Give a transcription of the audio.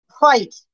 fight